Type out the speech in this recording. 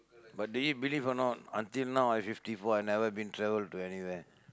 but do you believe or not until now I fifty four I never been travel to anywhere